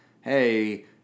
hey